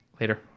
Later